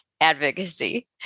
advocacy